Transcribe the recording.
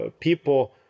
people